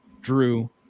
Drew